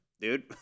dude